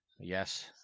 Yes